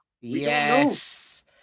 Yes